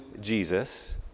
Jesus